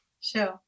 Sure